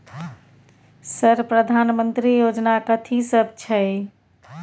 Sir प्रधानमंत्री योजना कथि सब छै?